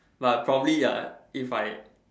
but I probably ya ah if I